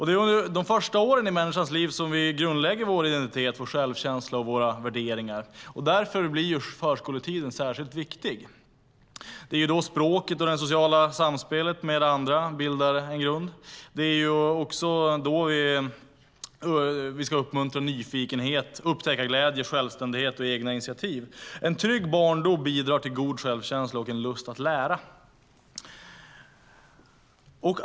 Det är under de första åren i en människas liv som identitet, självkänsla och värderingar grundläggs. Därför är förskoletiden särskilt viktig. Det är då språket och det sociala samspelet med andra grundas. Det är också då vi ska uppmuntra nyfikenhet, upptäckarglädje, självständighet och egna initiativ. En trygg barndom bidrar till en god självkänsla och en lust att lära.